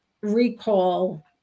recall